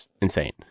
insane